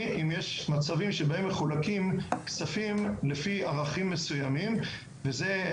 אם יש מצבים שבהם מחולקים כספים לפי ערכים מסוימים וזה,